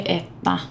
että